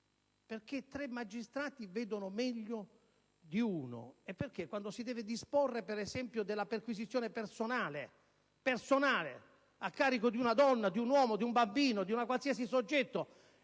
Perché tre magistrati vedono meglio di uno. E il disporre, per esempio, una perquisizione personale a carico di una donna, di un uomo, di un bambino o di un qualsiasi soggetto